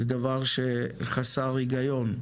זה דבר שחסר הגיון.